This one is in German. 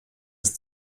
ist